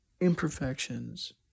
imperfections